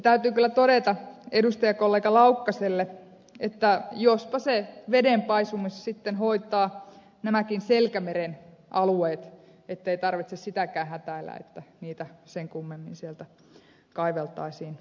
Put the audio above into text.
täytyy kyllä todeta edustajakollega laukkaselle että jospa se vedenpaisumus sitten hoitaa nämäkin selkämeren alueet ettei tarvitse sitäkään hätäillä että niitä sen kummemmin sieltä kaiveltaisiin esille